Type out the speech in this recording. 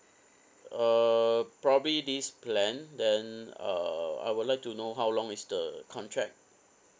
uh probably this plan then uh I would like to know how long is the contract